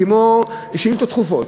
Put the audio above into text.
כמו שאילתות דחופות,